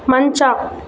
ಮಂಚ